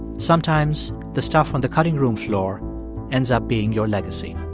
sometimes the stuff on the cutting room floor ends up being your legacy